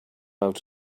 out